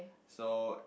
so